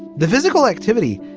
the physical activity.